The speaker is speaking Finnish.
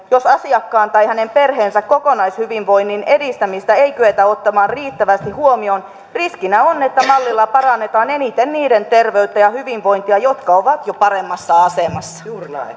jos asiakkaan tai hänen perheensä kokonaishyvinvoinnin edistämistä ei kyetä ottamaan riittävästi huomioon riskinä on että mallilla parannetaan eniten niiden terveyttä ja hyvinvointia jotka ovat jo paremmassa asemassa